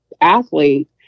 athlete